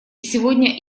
сегодня